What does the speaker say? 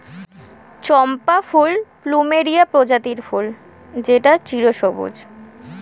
চম্পা ফুল প্লুমেরিয়া প্রজাতির ফুল যেটা চিরসবুজ